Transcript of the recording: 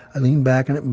i leaned back in it,